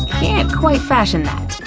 can't quite fashion that.